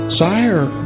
sire